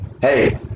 hey